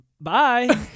bye